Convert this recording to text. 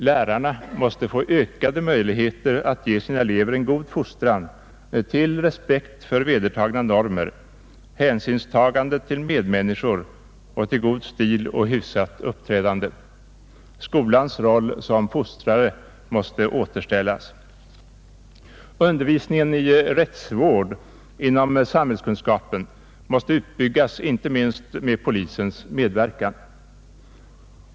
Lärarna måste få ökade möjligheter att ge sina elever en god fostran till respekt för vedertagna normer, hänsynstagande till medmänniskor, till god stil och hyfsat uppträdande. Skolans roll som fostrare måste återställas. Undervisningen i rättsvård inom samhällskunskapen måste utbyggas inte minst med polisens medverkan.